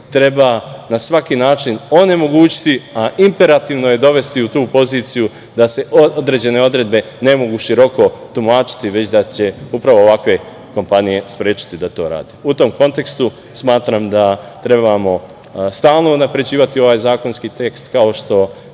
treba na svaki način onemogućiti, a imperativno je dovesti u tu poziciju da se određene odredbe ne mogu široko tumačiti, već da će upravo ovakve kompanije sprečiti da to rade.U tom kontekstu smatram da trebamo stalno unapređivati ovaj zakonski tekst, kao što